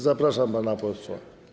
Zapraszam pana posła.